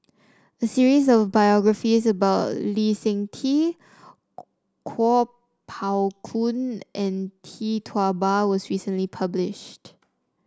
a series of biographies about Lee Seng Tee Kuo Pao Kun and Tee Tua Ba was recently published